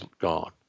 gone